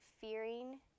fearing